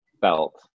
felt